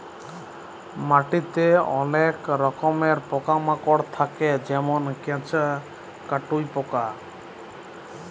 মাটিতে অলেক রকমের পকা মাকড় থাক্যে যেমল কেঁচ, কাটুই পকা